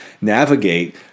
navigate